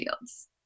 fields